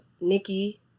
Nikki